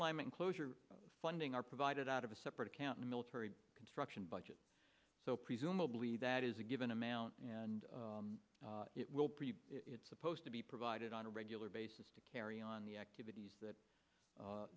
realignment closure funding are provided out of a separate account the military construction budget so presumably that is a given amount and it will be it's supposed to be provided on a regular basis to carry on the activities that